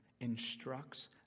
instructs